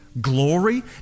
Glory